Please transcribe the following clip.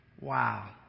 Wow